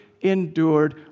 endured